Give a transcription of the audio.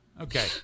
Okay